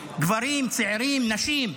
גברים, צעירים, נשים.